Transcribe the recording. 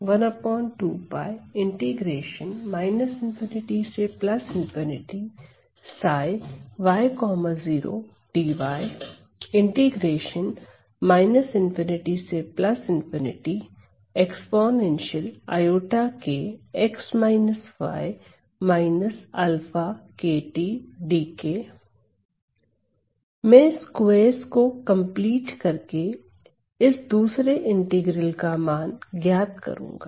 तो यह बन जाता है मैं स्क्वैरस को कंप्लीट करके इस दूसरे इंटीग्रल का मान ज्ञात करूंगा